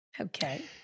okay